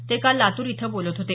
ते काल लातूर इथं बोलत होते